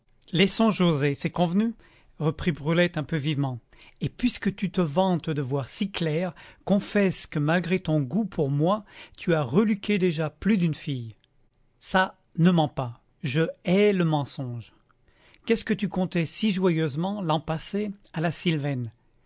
laissons joset c'est convenu reprit brulette un peu vivement et puisque tu te vantes de voir si clair confesse que malgré ton goût pour moi tu as reluqué déjà plus d'une fille çà ne mens pas je hais le mensonge qu'est-ce que tu contais si joyeusement l'an passé à la sylvaine